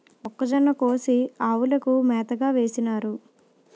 మొక్కజొన్న కోసి ఆవులకు మేతగా వేసినారు